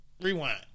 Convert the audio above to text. Rewind